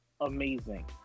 amazing